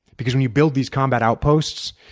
because when you build these combat outposts,